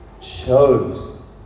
chose